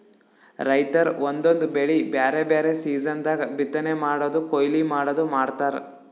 ರೈತರ್ ಒಂದೊಂದ್ ಬೆಳಿ ಬ್ಯಾರೆ ಬ್ಯಾರೆ ಸೀಸನ್ ದಾಗ್ ಬಿತ್ತನೆ ಮಾಡದು ಕೊಯ್ಲಿ ಮಾಡದು ಮಾಡ್ತಾರ್